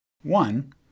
One